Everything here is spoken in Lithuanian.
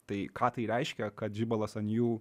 tai ką tai reiškia kad žibalas ant jų